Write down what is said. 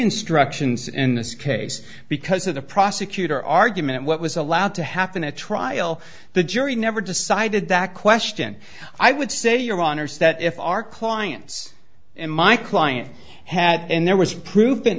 instructions and this case because of the prosecutor argument what was allowed to happen at trial the jury never decided that question i would say your honor so that if our clients and my client had and there was pro